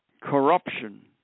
corruption